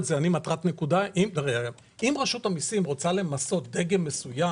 אם רשות המסים רוצה למסות דגם מסוים